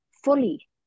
fully